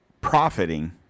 profiting